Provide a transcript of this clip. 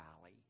valley